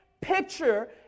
picture